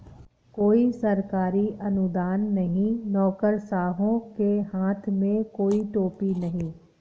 कोई सरकारी अनुदान नहीं, नौकरशाहों के हाथ में कोई टोपी नहीं